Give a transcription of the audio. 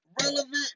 relevant